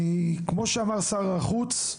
כמו שאמר שר החוץ,